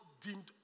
deemed